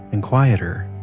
and quieter,